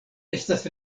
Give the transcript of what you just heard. estas